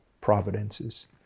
providences